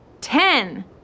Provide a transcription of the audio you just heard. ten